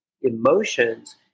emotions